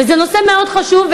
וזה נושא מאוד חשוב,